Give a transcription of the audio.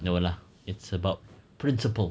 no lah it's about principle